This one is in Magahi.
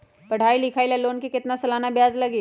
पढाई लिखाई ला लोन के कितना सालाना ब्याज लगी?